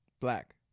Black